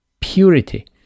purity